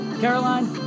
Caroline